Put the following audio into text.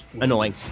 annoying